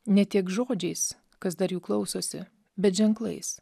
ne tiek žodžiais kas dar jų klausosi bet ženklais